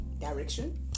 direction